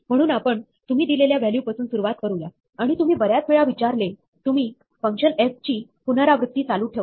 म्हणून आपण तुम्ही दिलेल्या व्हॅल्यू पासून सुरुवात करुया आणि तुम्ही बऱ्याच वेळा विचारले तुम्ही फंक्शन f ची पुनरावृत्ती चालू ठेवता